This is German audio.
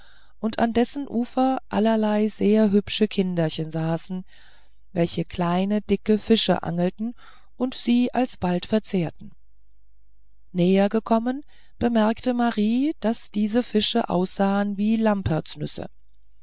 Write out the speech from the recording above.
und an dessen ufer allerlei sehr hübsche kinderchen saßen welche kleine dicke fische angelten und sie alsbald verzehrten näher gekommen bemerkte marie daß diese fische aussahen wie